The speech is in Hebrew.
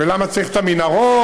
ולמה צריך את המנהרות,